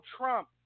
Trump